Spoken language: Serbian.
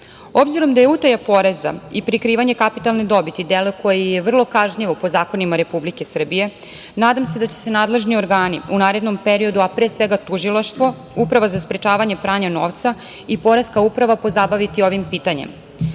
interes. Obzirom da je utaja poreza i prikrivanje kapitalne dobiti delo koje je vrlo kažnjivo po zakonima Republike Srbije, nadam se da će se nadležni organi u narednom periodu, a pre svega Tužilaštvo, Uprava za sprečavanje pranja novca, i Poreska uprava, pozabaviti ovim pitanjem.